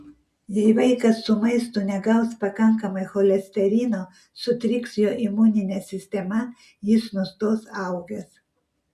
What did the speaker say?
jei vaikas su maistu negaus pakankamai cholesterino sutriks jo imuninė sistema jis nustos augęs